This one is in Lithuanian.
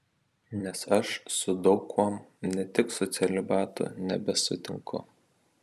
nes aš su daug kuom ne tik su celibatu nebesutinku